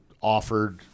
offered